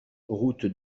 route